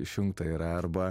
išjungta yra arba